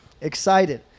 Excited